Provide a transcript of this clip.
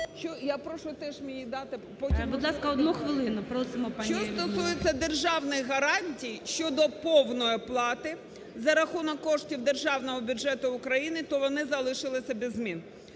ДЕНІСОВА Л.Л. Що стосується державних гарантій щодо повної оплати за рахунок коштів Державного бюджету України, то вони залишились без змін.